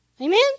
Amen